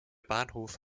bahnhof